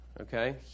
okay